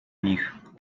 nich